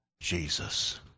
Jesus